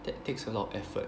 that takes a lot of effort